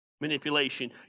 manipulation